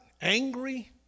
angry